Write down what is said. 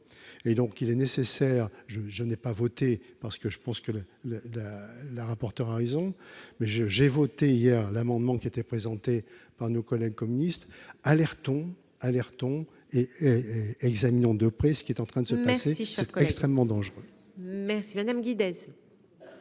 et donc il est nécessaire, je, je n'ai pas voté parce que je pense que le le la la rapporteure a raison mais je j'ai voté hier l'amendement qui était présenté par nos collègues communistes alertons alertons et et examinons de près ce qui est en train de se passer, c'est extrêmement dangereux. Merci madame Guigou.